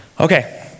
Okay